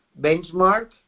benchmark